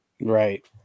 Right